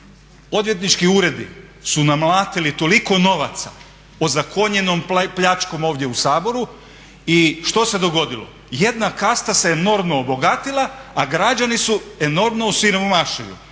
odvjetnički uredi su namlatili toliko novaca ozakonjenom pljačkom ovdje u Saboru i što se dogodilo? Jedna kasta se enormno obogatila a građani su enormno osiromašeni.